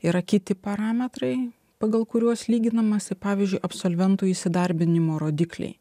yra kiti parametrai pagal kuriuos lyginamasi pavyzdžiui absolventų įsidarbinimo rodikliai